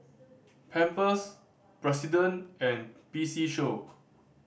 Pampers President and P C Show